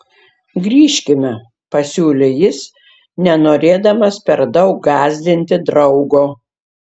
grįžkime pasiūlė jis nenorėdamas per daug gąsdinti draugo